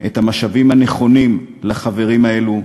את המשאבים הנכונים לחברים האלו,